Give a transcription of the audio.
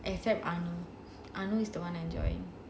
except anu anu is the [one] that is enjoying